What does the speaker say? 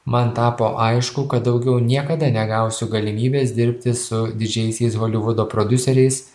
man tapo aišku kad daugiau niekada negausiu galimybės dirbti su didžiaisiais holivudo prodiuseriais